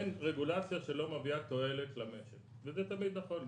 אין רגולציה שלא מביאה תועלת למשק וזה תמיד נכון.